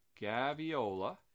Gaviola